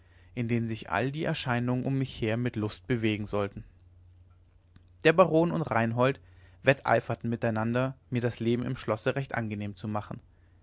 in denen sich all die erscheinungen um mich her mir zur lust bewegen sollten der baron und reinhold wetteiferten miteinander mir das leben im schlosse recht angenehm zu machen